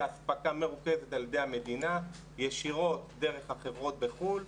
אספקה מרוכזת על ידי המדינה ישירות דרך החברות בחו"ל.